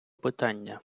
питання